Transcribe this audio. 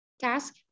task